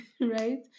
right